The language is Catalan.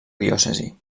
diòcesi